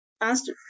asked